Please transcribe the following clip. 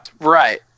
Right